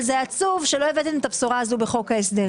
זה עצוב שלא הבאתם את הבשורה הזאת בחוק ההסדרים.